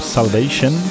Salvation